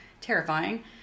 terrifying